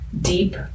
Deep